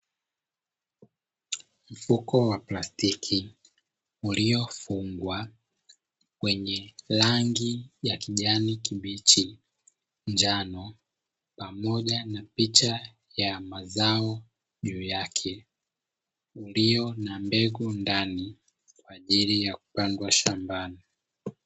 Mfuko wa plastiki uliofungwa wenye rangi ya kijani kibichi, njano pamoja na picha ya mazao juu yake, ulio na mbegu ndani kwaajili ya kupandwa shambani.